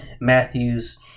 Matthews